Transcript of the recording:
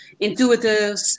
intuitives